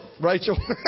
Rachel